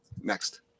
Next